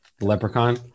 Leprechaun